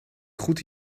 goed